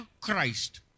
Christ